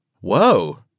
whoa